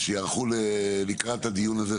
שייערכו לקראת הדיון הזה.